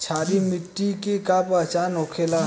क्षारीय मिट्टी के का पहचान होखेला?